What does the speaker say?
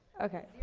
okay.